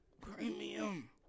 Premium